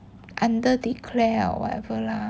under declare or whatever lah